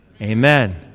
Amen